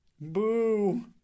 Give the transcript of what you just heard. Boo